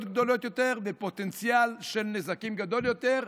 גדולות יותר ופוטנציאל של נזקים גדול יותר,